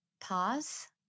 pause